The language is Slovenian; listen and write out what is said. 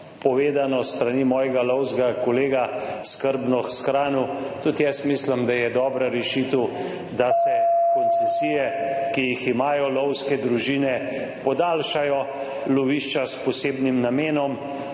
povedano s strani mojega lovskega kolega, skrbno shranil. Tudi jaz mislim, da je dobra rešitev, da se koncesije, ki jih imajo lovske družine podaljšajo, lovišča s posebnim namenom